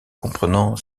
comprenant